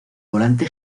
volante